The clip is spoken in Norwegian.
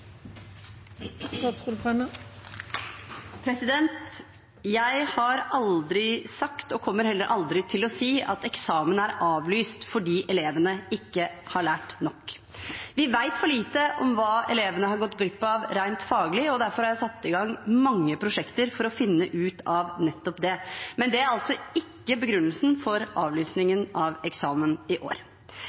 Jeg har aldri sagt, og kommer heller aldri til å si, at eksamen er avlyst fordi elevene ikke har lært nok. Vi vet for lite om hva elevene har gått glipp av rent faglig, og derfor har jeg satt i gang mange prosjekter for å finne ut av nettopp det. Men det er altså ikke begrunnelsen for avlysningen av eksamen i år.